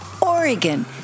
Oregon